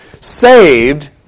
saved